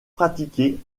pratiqués